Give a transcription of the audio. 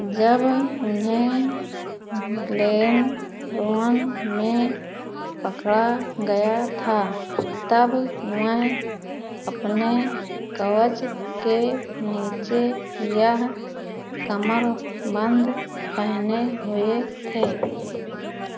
जब उन्हें ग्लेनरोवन में पकड़ा गया था तब वे अपने कवच के नीचे यह कमर बंद पहने हुए थे